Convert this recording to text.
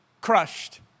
Crushed